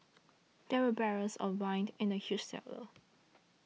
there were barrels of wine in the huge cellar